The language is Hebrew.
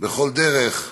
בכל דרך.